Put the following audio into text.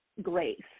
grace